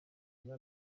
inka